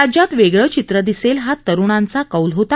राज्यात वेगळं चित्र दिसेल हा तरुणांचा कौल होता